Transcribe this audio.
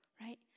right